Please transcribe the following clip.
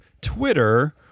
Twitter